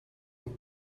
een